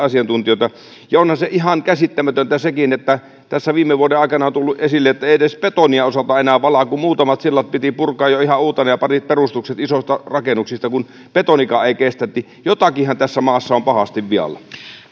asiantuntijoita tekniikkapuolella ja onhan ihan käsittämätöntä sekin että tässä viime vuoden aikana on tullut esille että ei edes betonia osata enää valaa kun muutamat sillat piti purkaa jo ihan uutena ja parit perustukset isoista rakennuksista kun betonikaan ei kestä niin jotakinhan tässä maassa on pahasti vialla